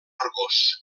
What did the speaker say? argos